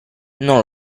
non